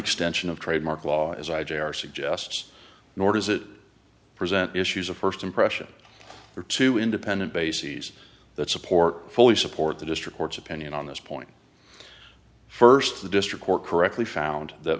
extension of trademark law as i jr suggests nor does it present issues of first impression or two independent bases that support fully support the district court's opinion on this point first the district court correctly found that